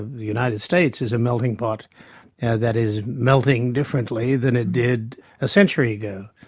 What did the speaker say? the united states, is a melting pot that is melting differently than it did a century ago.